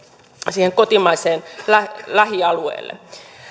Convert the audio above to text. siihen kotimaiseen lähialueelle